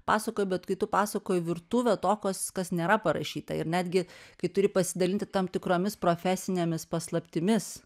pasakoji bet kai tu pasakoji virtuvę to kas kas nėra parašyta ir netgi kai turi pasidalinti tam tikromis profesinėmis paslaptimis